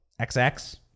XX